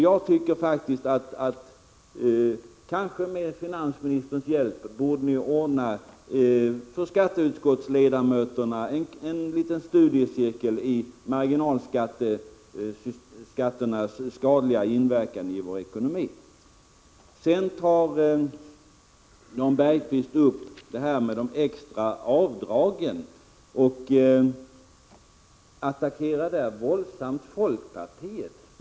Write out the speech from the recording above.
Jag tycker faktiskt att ni, kanske med finansministerns hjälp, borde ordna för skatteutskottets ledamöter en liten studiecirkel i ämnet marginalskatternas skadliga inverkan på vår ekonomi. Sedan tar Jan Bergqvist upp de extra avdragen och attackerar våldsamt folkpartiet i det sammanhanget.